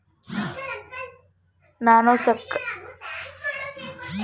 ನಾನು ಸಕ್ಕರೆ ಖಾಯಿಲೆ ಹಾಗೂ ರಕ್ತದ ಒತ್ತಡದಿಂದ ಬಳಲುತ್ತಿದ್ದೇನೆ ನಾನು ಆರೋಗ್ಯ ವಿಮೆ ಮಾಡಿಸಬಹುದೇ?